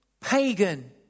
pagan